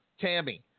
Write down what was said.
Tammy